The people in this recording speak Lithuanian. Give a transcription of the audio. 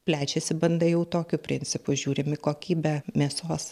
plečiasi banda jau tokiu principu žiūrim į kokybę mėsos